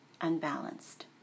Unbalanced